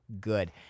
good